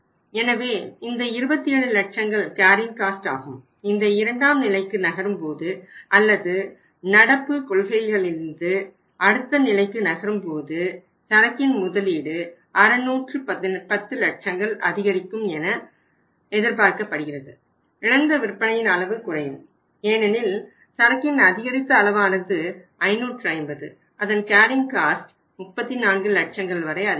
எனவே இந்த 27 லட்சங்கள் கேரியிங் காஸ்ட் 34 லட்சங்கள் வரை அதிகரிக்கும்